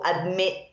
admit